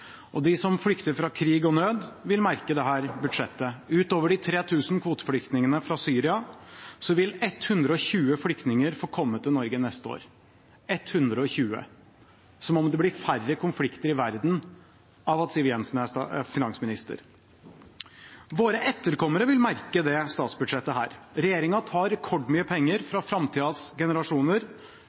De som flykter fra krig og nød, vil merke dette budsjettet. Utover de 3 000 kvoteflyktningene fra Syria vil 120 flyktninger få komme til Norge neste år – 120 – som om det blir færre konflikter i verden av at Siv Jensen er finansminister. Våre etterkommere vil merke dette statsbudsjettet. Regjeringen tar rekordmye penger fra framtidas generasjoner,